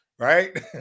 Right